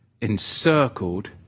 encircled